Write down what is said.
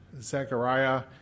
Zechariah